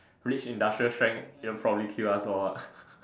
which industrial strength will probably kill us all ah